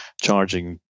charging